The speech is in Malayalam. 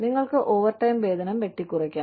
നിങ്ങൾക്ക് ഓവർടൈം വേതനം വെട്ടിക്കുറയ്ക്കാം